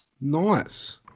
Nice